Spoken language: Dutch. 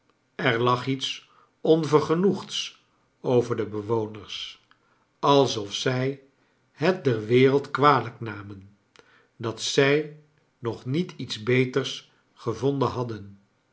er lag iets onvergenoegds over de bewoners alsof zij het der wereld kwalijk namen dat zij nog niet iets befcers gevonden hadden